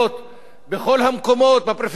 בכל המקומות, בפריפריה ובמרכז,